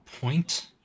point